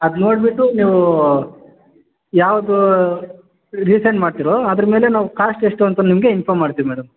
ಅದು ನೋಡಿಬಿಟ್ಟು ನೀವು ಯಾವುದು ರೀಸೆಂಡ್ ಮಾಡ್ತೀರೋ ಅದ್ರ ಮೇಲೆ ನಾವು ಕಾಸ್ಟ್ ಎಷ್ಟು ಅಂತ ನಿಮಗೆ ಇನ್ಫಾರ್ಮ್ ಮಾಡ್ತೀವಿ ಮೇಡಮ್